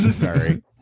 Sorry